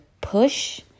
push